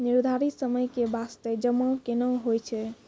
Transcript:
निर्धारित समय के बास्ते जमा केना होय छै?